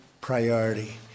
priority